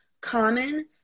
common